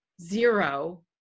zero